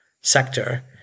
sector